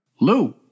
Lou